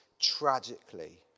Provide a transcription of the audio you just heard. tragically